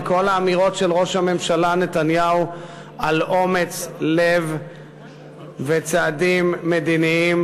וכל האמירות של ראש הממשלה נתניהו על אומץ לב וצעדים מדיניים,